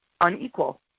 unequal